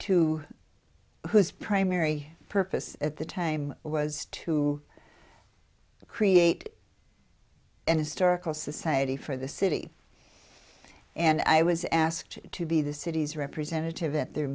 to whose primary purpose at the time was to create an historical society for the city and i was asked to be the city's representative at their